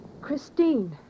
Christine